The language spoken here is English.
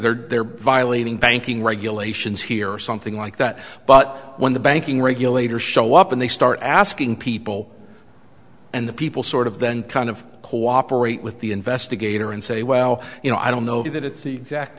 they're violating banking regulations here or something like that but when the banking regulator show up and they start asking people and the people sort of then kind of cooperate with the investigator and say well you know i don't know that it's the exact